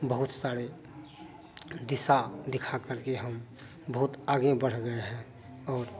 बहुत सारे दिशा दिखा के हम बहुत आगे बढ़ गए हैं और